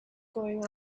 going